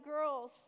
girls